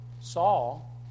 Saul